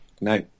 no